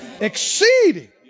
Exceeding